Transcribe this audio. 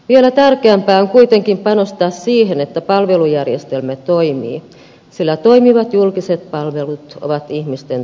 vielä tärkeämpää on kuitenkin panostaa siihen että palvelujärjestelmä toimii sillä toimivat julkiset palvelut ovat ihmisten turva